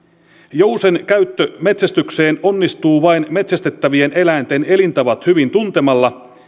jousen käyttö metsästykseen onnistuu vain metsästettävien eläinten elintavat hyvin tuntemalla